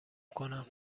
کنم